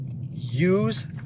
use